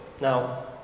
now